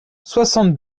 soixante